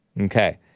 okay